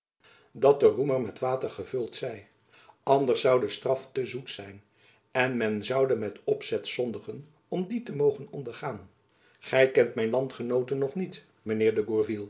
dat de roemer met water gevuld zij anders zoû jacob van lennep elizabeth musch de straf te zoet zijn en men zoude met opzet zondigen om die te mogen ondergaan gy kent mijn landgenooten nog niet mijn heer de